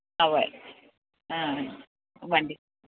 അതേ ആ വണ്ടി